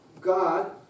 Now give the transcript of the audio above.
God